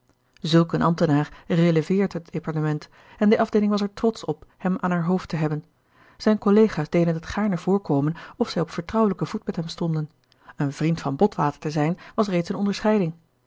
zulk een ambtenaar releveert het departement en de afdeeling was er trotsch op hem aan haar hoofd te hebben zijne collega's deden het gaarne voorkomen of zij op vertrouwelijken voet met hem stonden een vriend van botwater te zijn was reeds eene onderscheiding